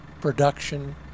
production